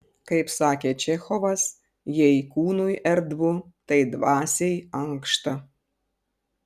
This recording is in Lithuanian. kaip sakė čechovas jei kūnui erdvu tai dvasiai ankšta